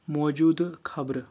موٗجوٗدٕ خبرٕ